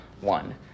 one